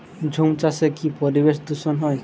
ঝুম চাষে কি পরিবেশ দূষন হয়?